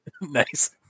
Nice